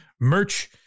merch